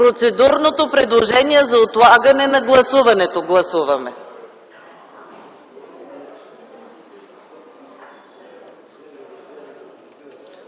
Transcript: процедурно предложение за отлагане на гласуването, така